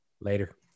Later